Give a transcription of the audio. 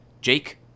Jake